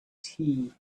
tea